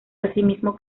asimismo